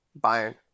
Bayern